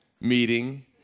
meeting